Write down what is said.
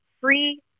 free